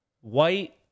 white